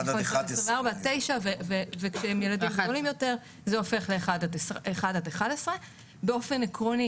1 עד 11. 9 וכשהם ילדים גדולים יותר זה הופך ל-1 עד 11. באופן עקרוני,